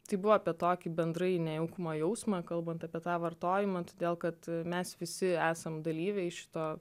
tai buvo apie tokį bendrai nejaukumo jausmą kalbant apie tą vartojimą todėl kad mes visi esam dalyviai šito